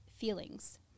feelings